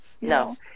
No